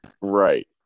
Right